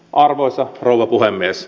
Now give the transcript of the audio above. arvoisa rouva puhemies